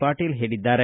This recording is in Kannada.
ಪಾಟೀಲ್ ಹೇಳಿದ್ದಾರೆ